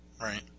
right